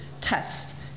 test